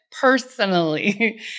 personally